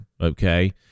okay